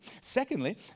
Secondly